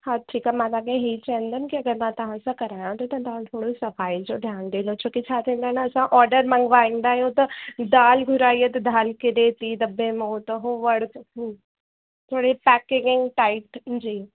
हा ठीकु आहे मां तव्हांखे हीअ चवंदमि की अगरि मां तव्हांसां करायां थो त तव्हां थोरो सफाई जो ध्यान ॾिजो छोकी छा थींदो आहे न असां ऑर्डर मंगवाईंदा आहियूं त दालि घुराई आहे त दालि किरे थी दॿे मों त उहो वण उहो थोरी पैकेजिंग टाइट जी